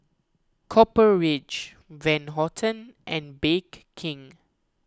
Copper Ridge Van Houten and Bake King